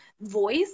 voice